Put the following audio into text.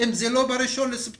אם זה לא ב-1 בספטמבר,